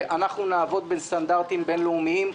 שאנחנו נעבוד בסטנדרטים בין-לאומיים,